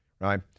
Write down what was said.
right